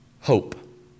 hope